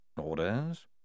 Orders